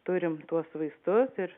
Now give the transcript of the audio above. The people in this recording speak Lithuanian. turim tuos vaistus ir